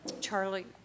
Charlie